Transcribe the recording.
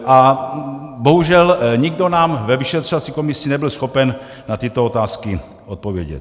A bohužel nikdo nám ve vyšetřovací komisi nebyl schopen na tyto otázky odpovědět.